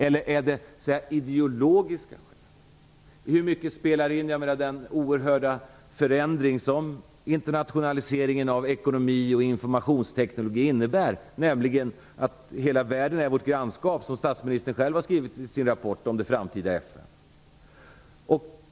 Eller är det ideologiska skäl? Hur mycket spelar den oerhörda förändring in som internationaliseringen av ekonomi och informationsteknologi innebär? Hela världen är nu vårt grannskap, som statsministern skrivit i sin rapport om det framtida FN.